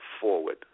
forward